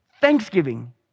Thanksgiving